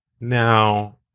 Now